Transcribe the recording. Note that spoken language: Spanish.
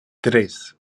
tres